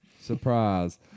Surprise